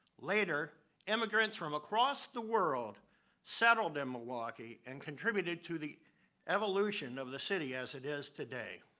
later, immigrants from across the world settled in milwaukee and contributed to the evolution of the city as it is today.